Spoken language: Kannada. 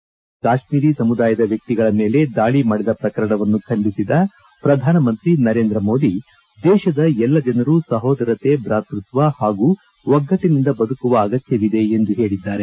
ಇತ್ತೀಚೆಗೆ ಕಾಶ್ಮೀರಿ ಸಮುದಾಯದ ವ್ಯಕ್ತಿಗಳ ಮೇಲೆ ದಾಳಿ ಮಾಡಿದ ಪ್ರಕರಣವನ್ನು ಖಂಡಿಸಿದ ಪ್ರಧಾನಮಂತ್ರಿ ನರೇಂದ್ರ ಮೋದಿ ದೇಶದ ಎಲ್ಲ ಜನರು ಸಹೋದರತೆ ಭಾತೃತ್ವ ಹಾಗೂ ಒಗ್ಗಟ್ಟಿನಿಂದ ಬದುಕುವ ಅಗತ್ಯವಿದೆ ಎಂದು ಹೇಳಿದ್ದಾರೆ